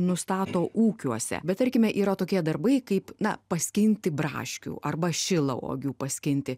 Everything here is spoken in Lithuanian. nustato ūkiuose bet tarkime yra tokie darbai kaip na pasiskinti braškių arba šilauogių paskinti